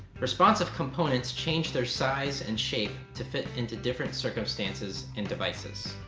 responsive components change their size and shape to fit into different circumstances and devices.